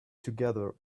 together